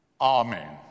Amen